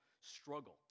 struggle